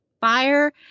fire